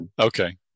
Okay